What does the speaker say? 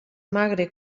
magre